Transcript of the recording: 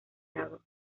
lago